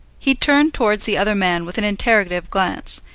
he turned towards the other man with an interrogative glance,